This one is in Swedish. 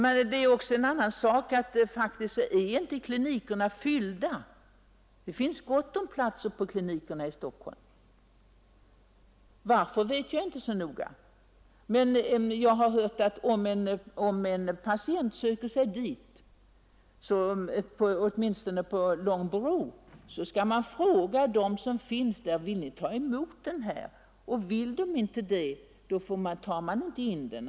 En annan mycket märklig sak är att klinikerna faktiskt inte är fyllda i dag. Det finns gott om plats på klinikerna i Stockholm. Varför vet jag inte så noga. Men jag har hört att om en patient söker sig dit — det är i varje fall så på Långbro — tillfrågas de som redan finns där om de vill ta emot den nye patienten. Vill de inte det, så tar man inte heller in den sjuke.